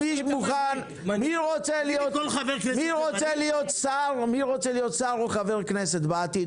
מי רוצה להיות שר או חבר כנסת בעתיד,